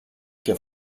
και